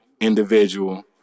individual